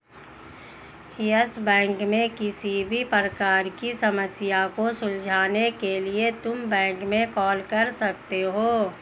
yes Bank में किसी भी प्रकार की समस्या को सुलझाने के लिए तुम बैंक में कॉल कर सकते हो